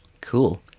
Cool